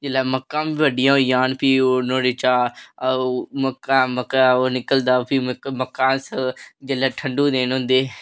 जेल्लै मक्कां बी बड्डियां होई जान भी नुआढ़े चा मक्कां मक्कां ओह् निकलदियां ओह निकलदा फ्ही अस जेल्लै ठडूं दे दिन होन